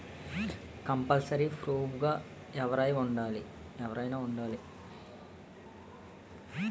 Compulsory proof గా ఎవరైనా ఉండాలా?